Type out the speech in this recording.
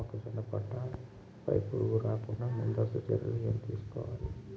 మొక్కజొన్న పంట పై పురుగు రాకుండా ముందస్తు చర్యలు ఏం తీసుకోవాలి?